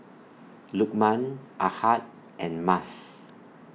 Lukman Ahad and Mas